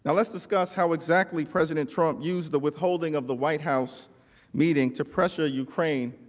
ah let's discuss how exactly president trump use the withholding of the white house meeting to pressure ukraine